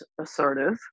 assertive